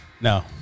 No